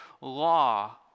law